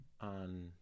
on